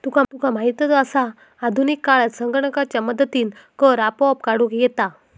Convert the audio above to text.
तुका माहीतच आसा, आधुनिक काळात संगणकाच्या मदतीनं कर आपोआप काढूक येता